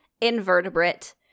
invertebrate